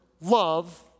love